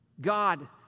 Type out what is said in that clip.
God